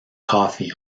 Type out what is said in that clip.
coffee